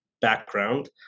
background